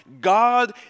God